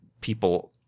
people